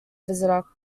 visitor